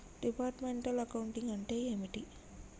Departmental accounting అంటే ఏమిటి?